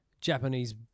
Japanese